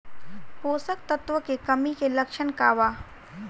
पोषक तत्व के कमी के लक्षण का वा?